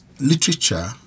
literature